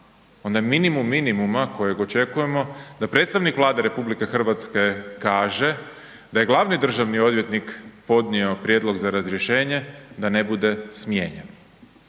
onda je minimum minimuma kojeg očekujemo da predstavnik Vlade RH kaže da je glavni državni odvjetnik podnio prijedlog za razrješenje da ne bude smijenjen.